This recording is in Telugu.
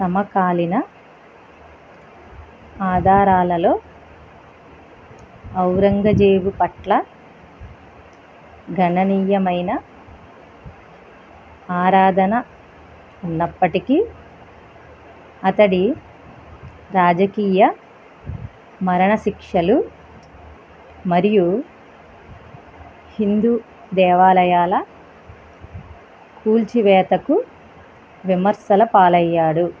సమకాలీన ఆధారాలలో ఔరంగజేబు పట్ల గణనీయమైన ఆరాధన ఉన్నప్పటికీ అతడి రాజకీయ మరణశిక్షలు మరియు హిందూ దేవాలయాల కూల్చివేతకు విమర్శల పాలయ్యాడు